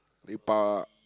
lepak